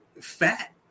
fat